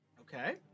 okay